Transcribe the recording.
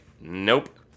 Nope